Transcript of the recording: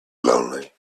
lonely